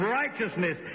righteousness